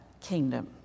kingdom